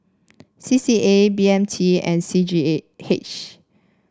C C A B M T and C G A H